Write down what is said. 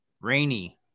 rainy